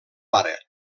pare